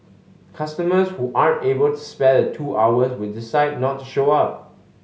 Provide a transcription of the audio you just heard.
customers who aren't able to spare the two hours would decide not to show up